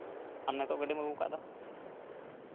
ᱟᱢ ᱱᱤᱛᱚᱜ ᱜᱟᱹᱰᱤᱢ ᱟᱹᱜᱩ ᱟᱠᱟᱫ ᱫᱚ